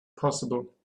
possible